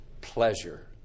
pleasure